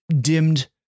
dimmed